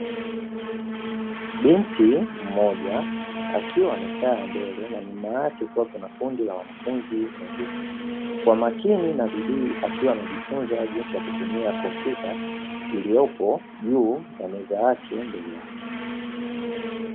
Binti mmoja akiwa amekaa mbele na nyuma yake kukiwa kuna kundi la wanafunzi wengine. Kwa makini na bidii akiwa amejifunza jinsi ya kutumia kompyuta, iliyopo juu ya meza yake mbele yake.